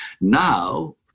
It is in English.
now